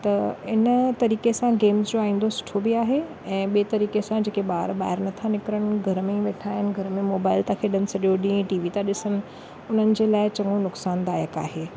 त इन तरीक़े सां गेम्स जो आईंदो सुठो बि आहे ऐं ॿे तरीक़े सां जेके ॿार ॿाहिरि नथा निकिरनि घर में ई वेठा आहिनि घर में मोबाइल त खेॾनि सॼो ॾींहुं टीवी त ॾिसणु हुननि जे लाइ चङो नुक़सान दायक आहे